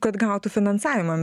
kad gautų finansavimą